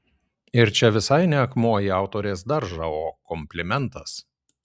ir čia visai ne akmuo į autorės daržą o komplimentas